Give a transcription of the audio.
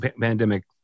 pandemic